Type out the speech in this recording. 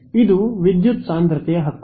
ಇದು ವಿದ್ಯುತ್ ಸಾಂದ್ರತೆಯ ಹಕ್ಕು